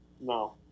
no